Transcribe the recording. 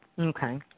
Okay